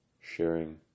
sharing